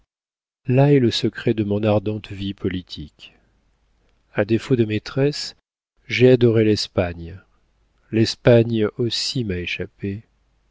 là est le secret de mon ardente vie politique a défaut de maîtresse j'ai adoré l'espagne l'espagne aussi m'a échappé